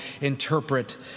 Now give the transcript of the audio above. interpret